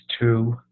two